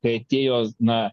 kai atėjo na